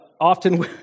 Often